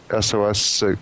SOS